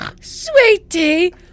Sweetie